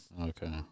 Okay